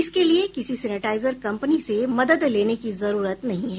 इसके लिए किसी सेनिटाइजर कम्पनी से मदद लेने की जरूरत नहीं है